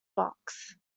box